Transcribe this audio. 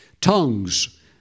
tongues